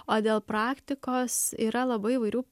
o dėl praktikos yra labai įvairių